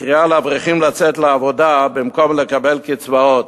הקריאה לאברכים לצאת לעבודה במקום לקבל קצבאות,